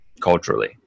culturally